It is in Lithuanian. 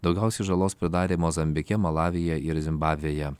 daugiausiai žalos pridarė mozambike malavyje ir zimbabvėje